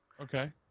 Okay